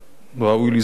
ראוי לזכור,